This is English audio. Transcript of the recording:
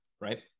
right